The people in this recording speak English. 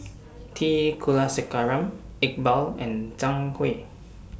T Kulasekaram Iqbal and Zhang Hui